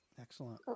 excellent